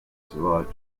survived